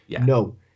No